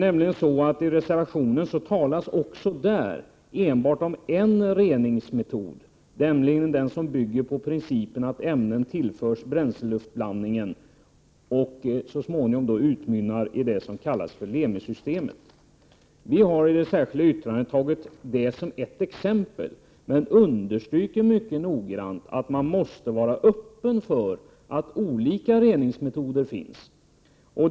Fröfiksäkerhet I reservationen talas det enbart om en reningsmetod, dvs. den som bygger på principen att ämnen tillförs bränsle-luftblandningen och så småningom utmynnar i det som kallas Lemisystemet. Vi har i det särskilda yttrandet tagit det som ett exempel, men vi understryker mycket noggrant att man måste ”vara öppen för att olika reningsmetoder finns.